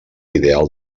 ideal